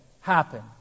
happen